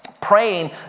praying